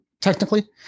Technically